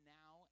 now